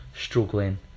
struggling